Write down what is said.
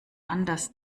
anders